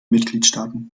mitgliedstaaten